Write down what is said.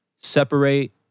separate